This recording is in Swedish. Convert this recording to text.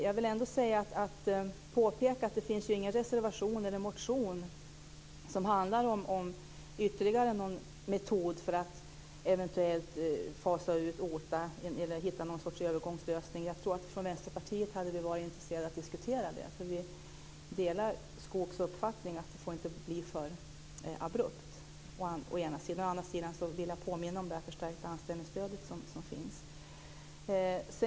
Jag vill påpeka att det inte finns någon reservation eller motion som handlar om ytterligare någon metod för att eventuellt fasa ut OTA eller hitta någon sorts övergångslösning. Från Vänsterpartiet hade vi varit intresserade av att diskutera det, för vi delar Christer Skoogs uppfattning att det inte får bli för abrupt. Å andra sidan vill jag påminna om det förstärkta anställningsstöd som finns.